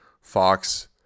Fox